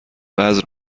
وزن